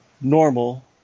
normal